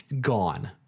gone